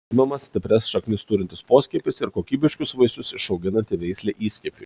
imamas stiprias šaknis turintis poskiepis ir kokybiškus vaisius išauginanti veislė įskiepiui